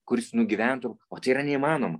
kuris nugyventų o tai yra neįmanoma